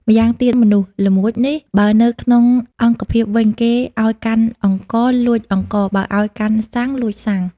ម្យ៉ាងទៀត មនុស្សល្មួចនេះ បើនៅក្នុងអង្គភាពវិញ គេឲ្យកាន់អង្ករ លួចអង្ករ បើឲ្យកាន់សាំង លួចសាំង ។